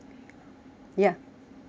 ya